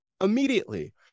immediately